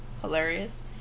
hilarious